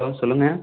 hello சொல்லுங்கள்